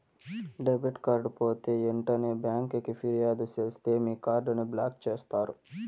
debit card పోతే ఎంటనే బ్యాంకికి ఫిర్యాదు సేస్తే మీ కార్డుని బ్లాక్ చేస్తారు